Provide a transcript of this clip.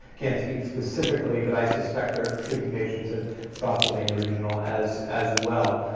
can't speak specifically but i suspect they're treating patients at spotsylvania regional as as well.